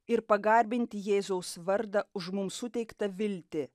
ir pagarbinti jėzaus vardą už mums suteiktą viltį